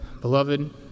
Beloved